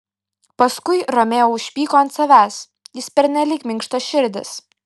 paskui romeo užpyko ant savęs jis pernelyg minkštaširdis